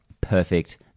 perfect